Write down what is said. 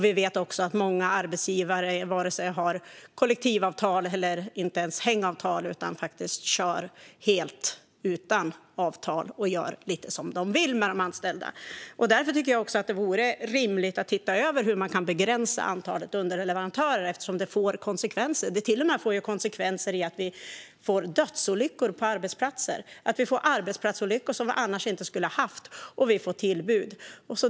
Vi vet också att många arbetsgivare varken har kollektivavtal eller ens hängavtal utan kör helt utan avtal och gör lite som de vill med de anställda. Därför vore det rimligt att titta över hur man kan begränsa antalet underleverantörer eftersom det får konsekvenser. Det får till och med konsekvenser i form av att vi får dödsolyckor på arbetsplatser. Vi får arbetsplatsolyckor som vi annars inte skulle ha haft, och vi får tillbud.